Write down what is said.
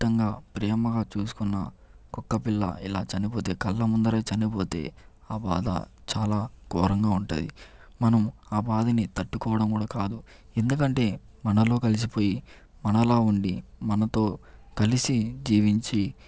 ఇష్టంగా ప్రేమగా చూసుకున్నా కుక్కపిల్ల ఇలా చనిపోతే కళ్ళ ముందర చనిపోతే ఆ బాధ చాలా ఘోరంగా ఉంటుంది మనం ఆ బాధని తట్టుకోవడం కూడా కాదు ఎందుకంటే మనలో కలిసిపోయి మనలా ఉండి మనతో కలిసి జీవించి